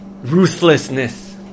ruthlessness